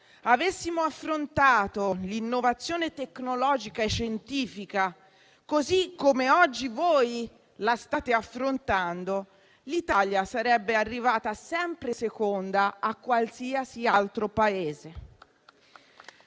avessimo affrontato l'innovazione tecnologica e scientifica così come oggi la state affrontando, l'Italia sarebbe arrivata sempre seconda a qualsiasi altro Paese.